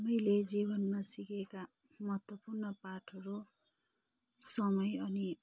मैले जीवनमा सिकेका महत्त्वपूर्ण पाठहरू समय अनि